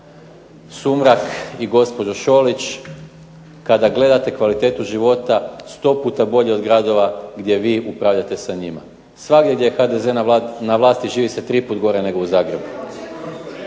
Sumrak i gospođo Šolić, kada gledate kvalitetu života 100 puta bolji od gradova gdje vi upravljate sa njima. Svagdje gdje je HDZ na vlasti živi se tri puta gore nego u Zagrebu.